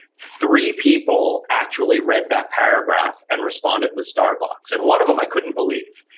three people actually read that paragraph and responded with starbucks and one of them i couldn't believe.